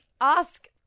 Ask